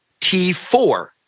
T4